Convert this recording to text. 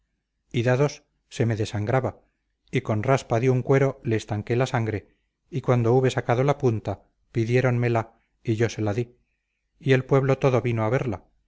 y dados se me desangraba y con raspa de un cuero le estanqué la sangre y cuando hube sacado la punta pidiéronmela y yo se la di y el pueblo todo vino a verla